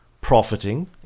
profiting